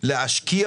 להשקיע